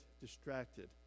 distracted